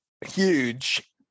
huge